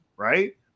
right